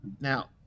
Now